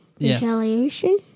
retaliation